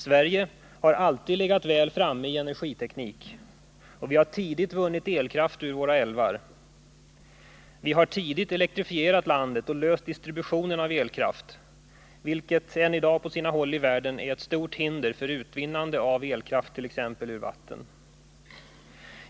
Sverige har alltid legat väl framme i energiteknik, och vi har tidigt vunnit elkraft ur våra älvar. Vi har tidigt elektrifierat landet och löst distributionen av elkraft, vilket än i dag på sina håll i världen är ett stort hinder för utvinnande av elkraft ur t.ex. vatten.